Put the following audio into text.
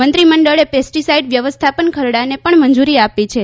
મંત્રીમંડળે પેસ્ટીસાઇડ વ્યવસ્થાપન ખરડાને પણ મંજૂરી આપી છે